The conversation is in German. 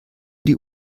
die